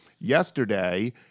yesterday